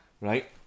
Right